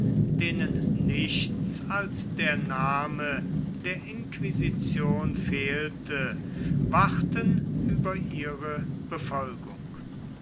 denen nichts als der name der inquisition fehlte wachten über ihre befolgung